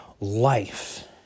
life